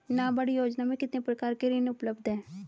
नाबार्ड योजना में कितने प्रकार के ऋण उपलब्ध हैं?